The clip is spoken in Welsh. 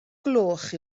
gloch